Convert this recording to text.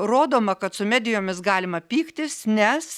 rodoma kad su medijomis galima pyktis nes